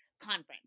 conference